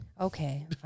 Okay